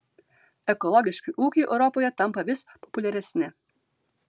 ekologiški ūkiai europoje tampa vis populiaresni